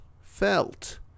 felt